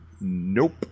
Nope